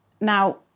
now